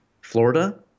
Florida